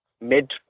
mid